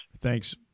Thanks